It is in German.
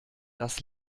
das